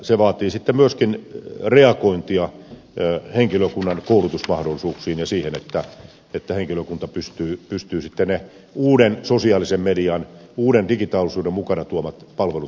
se vaatii sitten myöskin reagointia henkilökunnan koulutusmahdollisuuksiin ja siihen että henkilökunta pystyy sitten ne uuden sosiaalisen median uuden digitaalisuuden mukana tuomat palvelut ottamaan täysimääräisinä käyttöön